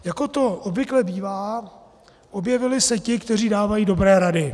Jako to obvykle bývá, objevili se ti, kteří dávají dobré rady.